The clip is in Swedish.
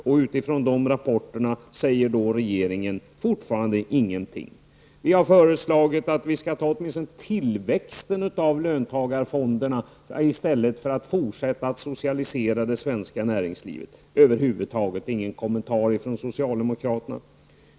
Och utifrån dessa rapporter säger regeringen fortfarande ingenting. Vi har föreslagit att vi skall ta åtminstone tillväxten av löntagarfonderna i stället för att fortsätta att socialisera det svenska näringslivet, men det ger över huvud taget ingen kommentar från socialdemokraterna.